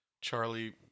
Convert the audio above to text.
Charlie